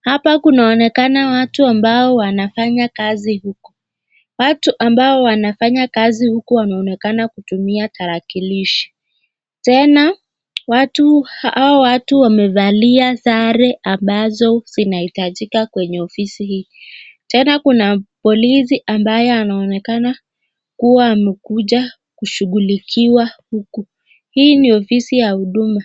hapa kunaonekana watu ambao wanafanya kazi huku watu ambao wanafanya kazi huku wanaonekana kutumia tarakilishi, tena watu hawa watu wamevalia sare ambazo zinaitajika kwenye ofisi hii tena kuna polisi ambaye anaonekana kuwa amekuja kushughulikiwa huku hii ni ofisi ya huduma.